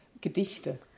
Gedichte